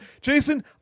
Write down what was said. jason